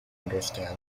understand